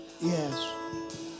Yes